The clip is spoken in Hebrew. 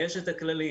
יש הכללים.